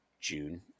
June